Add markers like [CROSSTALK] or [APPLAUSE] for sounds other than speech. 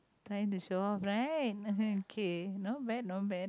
trying to show off right [NOISE] okay not bad not bad